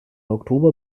oktober